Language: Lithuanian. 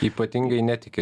ypatingai netiki